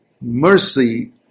Mercy